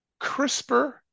CRISPR